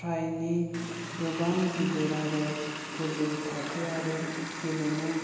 फ्रायनि गोबां गिदिर आरो गोजौ थाखो आरो गेलेमु